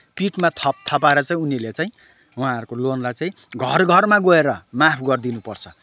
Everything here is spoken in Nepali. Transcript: पिठमा थपथपाएर उनीहरूलाई चाहिँ उहाँहरूको लोनलाई चाहिँ घरघरमा गएर माफ गरिदिनुपर्छ